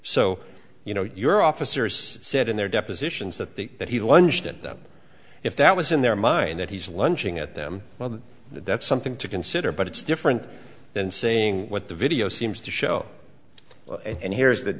so you know your officers said in their depositions that the that he lunged at them if that was in their mind that he's lunging at them well that's something to consider but it's different than seeing what the video seems to show and here's the